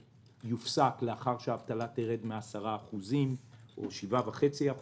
יופסק לאחר שהאבטלה תרד מתחת ל-10% או 7.5%,